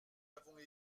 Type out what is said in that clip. avons